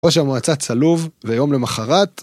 ראש המועצה צלוב, ויום למחרת.